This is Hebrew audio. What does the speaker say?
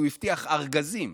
כי הוא הבטיח ארגזים,